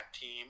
team